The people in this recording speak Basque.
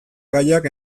gaiak